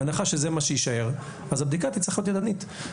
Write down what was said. בהנחה שזה מה שיישאר אז הבדיקה תצטרך להיות ידנית.